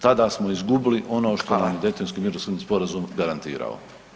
Tada smo izgubili ono što nam je Daytonski mirovni sporazum garantirao.